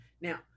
Now